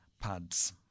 pads